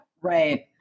Right